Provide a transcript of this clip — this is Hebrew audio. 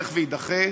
ילך ויידחה,